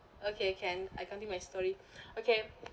okay can I continue my story okay